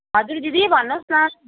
हजुर दिदी भन्नुहोस् न